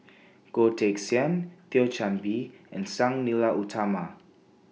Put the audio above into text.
Goh Teck Sian Thio Chan Bee and Sang Nila Utama